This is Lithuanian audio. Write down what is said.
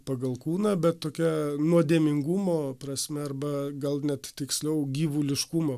pagal kūną bet tokia nuodėmingumo prasme arba gal net tiksliau gyvuliškumo